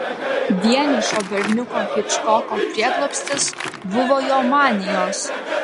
vienišo berniuko hičkoko prieglobstis buvo jo manijos